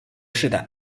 世代